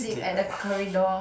sleep at